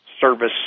service